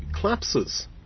collapses